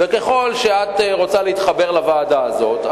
וככל שאת רוצה להתחבר לוועדה הזאת,